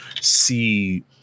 see